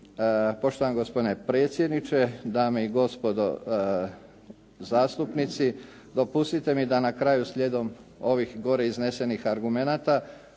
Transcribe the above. Poštovani gospodine predsjedniče, dame i gospodo zastupnici, dopustite mi da na kraju slijedom ovih gore iznesenih argumenata